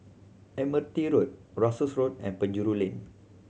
Admiralty Road Russels Road and Penjuru Lane